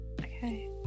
Okay